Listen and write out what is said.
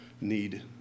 need